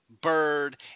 Bird